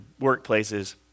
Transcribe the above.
workplaces